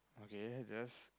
okay yes